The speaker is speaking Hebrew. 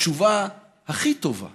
התשובה הכי טובה